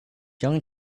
young